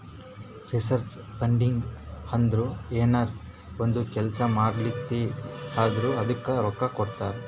research funding ಅಂದುರ್ ಏನರೇ ಒಂದ್ ಕೆಲ್ಸಾ ಮಾಡ್ಲಾತಿ ಅಂದುರ್ ಅದ್ದುಕ ರೊಕ್ಕಾ ಕೊಡ್ತಾರ್